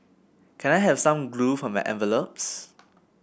can I have some glue for my envelopes